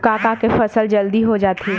का का के फसल जल्दी हो जाथे?